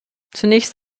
zunächst